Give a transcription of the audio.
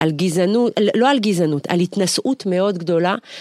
על גזענות, לא על גזענות, על התנשאות מאוד גדולה.